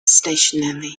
stationary